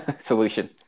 solution